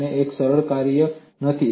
અને તે એક સરળ કાર્ય નથી